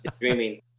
dreaming